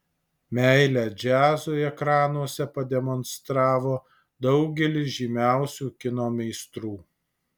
meilę džiazui ekranuose pademonstravo daugelis žymiausių kino meistrų